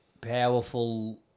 powerful